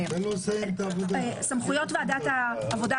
סמכויות ועדת העבודה,